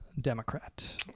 Democrat